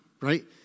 Right